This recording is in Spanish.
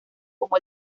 como